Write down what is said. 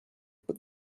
but